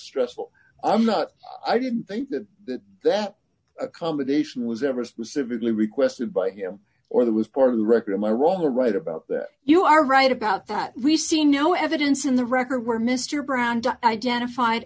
stressful i'm not i didn't think that that that accommodation was ever specifically requested by him or that was part of the record am i wrong or right about that you are right about that we see no evidence in the record where mr brown identified